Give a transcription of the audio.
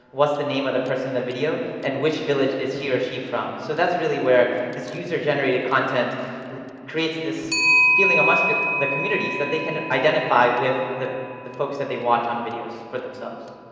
what's the name of the person in the video, and which village is he or she from. so that's really where this user-generated content creates this feeling amongst the communities that they can identify with the the folks that they watch on videos for themselves.